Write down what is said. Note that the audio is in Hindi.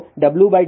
तो Wd1